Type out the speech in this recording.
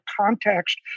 context